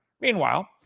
Meanwhile